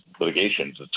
litigations